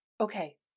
okay